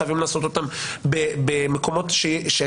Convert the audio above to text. חייבים לעשות אותו במקומות שאנחנו